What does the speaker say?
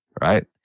Right